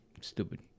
Stupid